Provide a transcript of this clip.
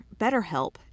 BetterHelp